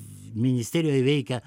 ministerijoj veikia